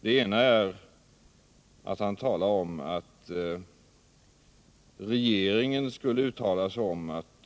Det ena är att han säger att regeringen uttalat att